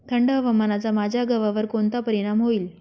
थंड हवामानाचा माझ्या गव्हावर कोणता परिणाम होईल?